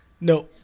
No